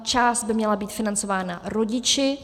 Část by měla být financována rodiči.